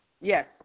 Yes